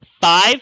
Five